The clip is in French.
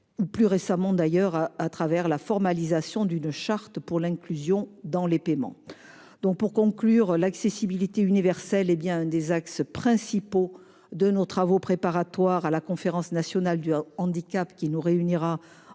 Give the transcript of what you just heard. ou, plus récemment, au travers de la formalisation d'une charte pour l'inclusion dans les paiements. L'accessibilité universelle est l'un des axes principaux de nos travaux préparatoires à la Conférence nationale du handicap qui nous réunira en 2023.